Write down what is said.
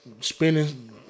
spinning